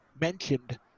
mentioned